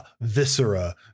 Viscera